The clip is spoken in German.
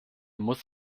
muss